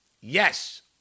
Yes